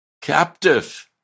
captive